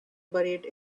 buried